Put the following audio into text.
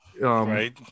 Right